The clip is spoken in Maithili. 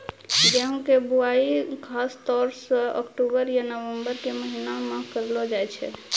गेहूँ के बुआई खासतौर सॅ अक्टूबर या नवंबर के महीना मॅ करलो जाय छै